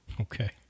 okay